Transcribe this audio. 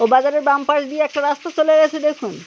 ওই বাজারের বাম পাশ দিয়ে একটা রাস্তা চলে গিয়েছে দেখুন